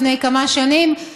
לפני כמה שנים,